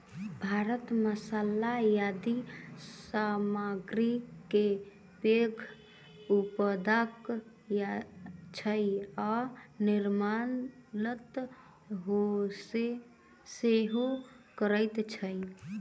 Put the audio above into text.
भारत मसाला आदि सामग्री के पैघ उत्पादक अछि आ निर्यात सेहो करैत अछि